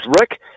Rick